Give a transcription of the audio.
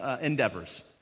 endeavors